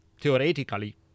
theoretically